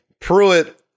Pruitt